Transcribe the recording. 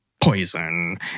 poison